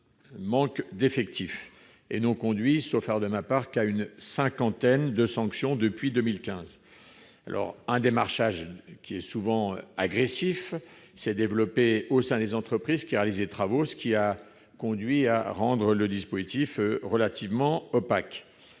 manque d'effectifs et n'ont conduit qu'à une cinquantaine de sanctions depuis 2015. Par ailleurs, un démarchage souvent agressif s'est développé au sein des entreprises réalisant les travaux, ce qui a conduit à rendre le dispositif relativement opaque.